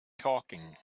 talking